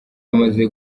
bamaze